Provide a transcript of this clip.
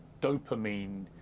dopamine